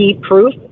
proof